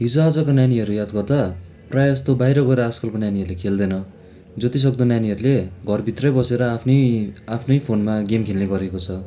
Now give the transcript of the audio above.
हिजआजको नानीहरू याद गर्दा प्रायः जस्तो बाहिर गएर आजकलका नानीहरूले खेल्दैन जतिसक्दो नानीहरूले घरभित्रै बसेर आफ्नै आफ्नै फोनमा गेम खेल्ने गरेको छ